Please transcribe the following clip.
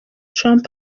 trump